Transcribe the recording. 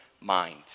mind